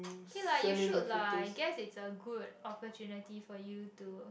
okay lah you should lah I guess is a good opportunity for you to